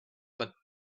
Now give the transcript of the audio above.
but